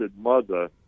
Mother